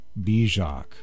Bijak